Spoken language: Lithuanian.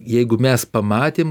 jeigu mes pamatėm